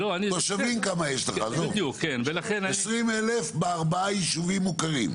תושבים 20,000 בארבעה ישובים מוכרים.